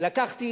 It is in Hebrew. תאמין לי,